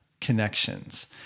connections